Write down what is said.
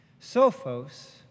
Sophos